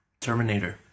Terminator